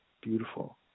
beautiful